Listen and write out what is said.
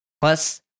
Plus